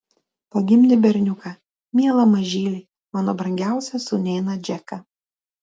pagimdė berniuką mielą mažylį mano brangiausią sūnėną džeką